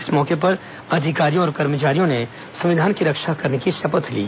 इस मौके पर अधिकारियों और कर्मचारियों ने संविधान की रक्षा करने की शपथ ली